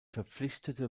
verpflichtete